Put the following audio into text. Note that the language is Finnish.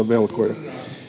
velkoja